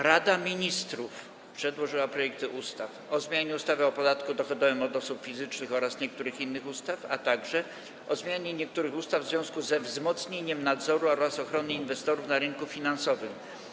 Rada Ministrów przedłożyła projekty ustaw: - o zmianie ustawy o podatku dochodowym od osób fizycznych oraz niektórych innych ustaw, - o zmianie niektórych ustaw w związku ze wzmocnieniem nadzoru oraz ochrony inwestorów na rynku finansowym.